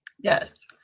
Yes